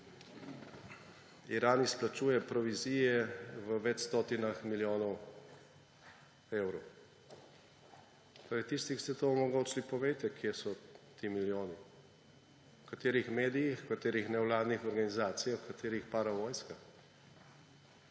Iran izplačuje provizije v več stotinah milijonov evrov. Torej tisti, ki ste to omogočili, povejte, kje so ti milijoni. V katerih medijih, v katerih nevladnih organizacijah, v katerih paravojskah?